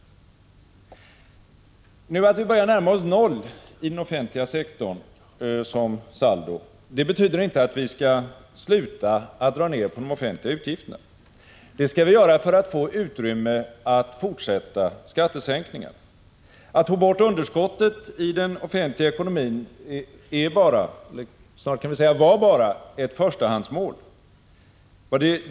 Sjuni 1986 Nu när den offentliga sektorns saldo börjar närma sig noll, skall vi inte FARTEN sluta att dra ned på de offentliga utgifterna. Vi skall fortsätta med detta för att Fö ekonomiska poliiken, m.m. få utrymme att fortsätta skattesänkningar. Att få bort underskottet i den offentliga ekonomin är bara — snart kan vi kanske säga var bara — ett förstahandsmål.